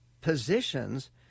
positions